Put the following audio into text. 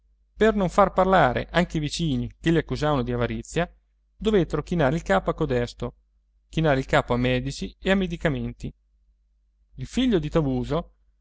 per non far parlare anche i vicini che li accusavano di avarizia dovettero chinare il capo a codesto chinare il capo a medici e medicamenti il figlio di tavuso